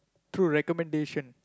through recommendation